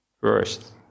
First